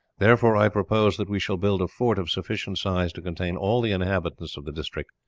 therefore i propose that we shall build a fort of sufficient size to contain all the inhabitants of the district,